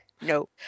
No